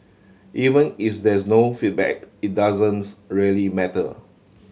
even is there's no feedback it doesn't really matter